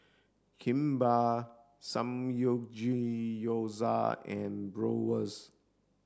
Kimbap Samgeyopsal and Bratwurst